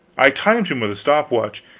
i timed him with a stop watch,